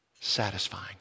satisfying